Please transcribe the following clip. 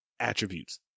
attributes